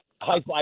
high-five